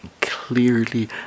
clearly